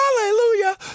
hallelujah